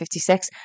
56